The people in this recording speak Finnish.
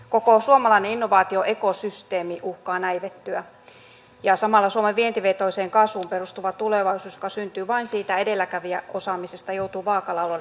koko suomalainen innovaatioekosysteemi uhkaa näivettyä ja samalla suomen vientivetoiseen kasvuun perustuva tulevaisuus joka syntyy vain siitä edelläkävijäosaamisesta joutuu vaakalaudalle